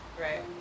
right